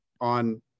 on